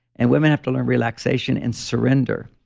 and women have to learn relaxation and surrender.